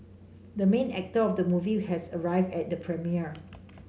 the main actor of the movie has arrived at the premiere